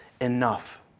enough